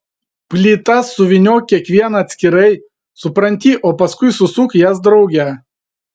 plytas suvyniok kiekvieną atskirai supranti o paskui susuk jas drauge